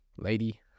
lady